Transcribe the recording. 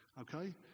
okay